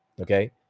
Okay